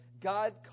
God